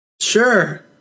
Sure